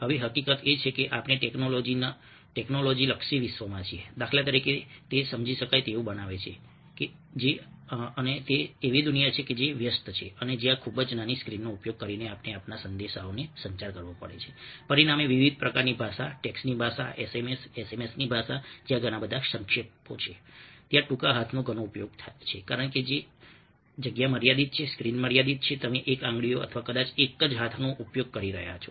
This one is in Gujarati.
હવે હકીકત એ છે કે આપણે ટેક્નોલોજી લક્ષી વિશ્વમાં છીએ દાખલા તરીકે તે સમજી શકાય તેવું બનાવે છે કે અને એવી દુનિયા કે જે વ્યસ્ત છે અને જ્યાં ખૂબ જ નાની સ્ક્રીનનો ઉપયોગ કરીને આપણે આપણા સંદેશાઓનો સંચાર કરવો પડે છે પરિણામે વિવિધ પ્રકારની ભાષા ટેક્સ્ટની ભાષા SMS SMS ની ભાષા જ્યાં ઘણા બધા સંક્ષેપો છે ત્યાં ટૂંકા હાથનો ઘણો ઉપયોગ છે કારણ કે જગ્યા મર્યાદિત છે સ્ક્રીન મર્યાદિત છે તમે એક આંગળીઓ અથવા કદાચ એક જ હાથનો ઉપયોગ કરી રહ્યાં છો